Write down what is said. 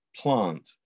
plant